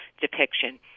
depiction